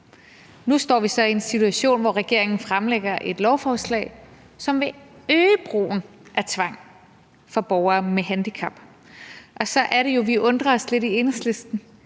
Nu står vi så i en situation, hvor regeringen fremsætter et lovforslag, som vil øge brugen af tvang over for borgere med handicap. Og så er det jo, at vi undrer os lidt i Enhedslisten: